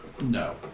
No